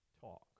talk